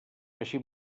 així